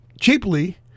cheaply